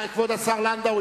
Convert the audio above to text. כבוד השר לנדאו,